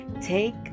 take